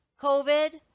COVID